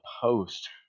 post